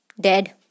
dead